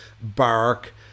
bark